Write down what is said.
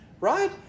right